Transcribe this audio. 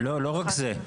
לא, לא רק זה.